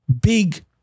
big